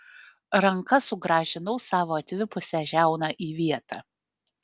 ranka sugrąžinau savo atvipusią žiauną į vietą